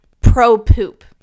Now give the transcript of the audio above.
pro-poop